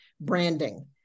branding